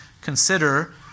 consider